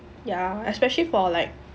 ya especially for like